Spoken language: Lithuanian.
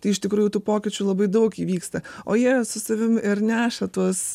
tai iš tikrųjų tų pokyčių labai daug įvyksta o jie su savim ir neša tuos